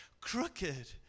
crooked